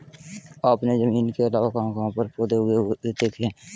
आपने जमीन के अलावा कहाँ कहाँ पर पौधे उगे हुए देखे हैं?